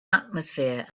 atmosphere